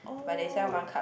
oh